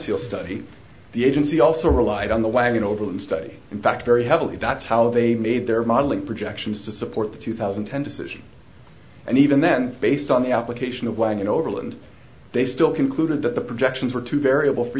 fuel study the agency also relied on the wagon over the study in fact very heavily that's how they made their modeling projections to support the two thousand and ten decision and even then based on the application of land in overland they still concluded that the projections were too variable for